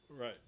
Right